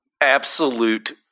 absolute